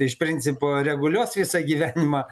iš principo reguliuos visą gyvenimą